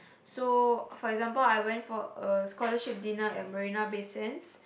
so for example I went for a scholarship dinner at marina-bay-sands